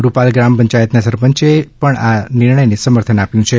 રૂપાલ ગ્રામપંચાયતના સરપંચે પણ આ નિર્ણયને સમર્થન આપ્યું છે